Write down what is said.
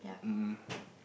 um